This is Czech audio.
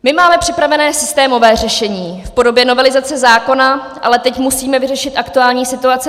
My máme připravené systémové řešení v podobě novelizace zákona, ale teď musíme vyřešit aktuální situaci.